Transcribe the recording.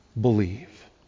Believe